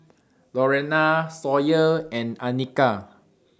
Lorena Sawyer and Annika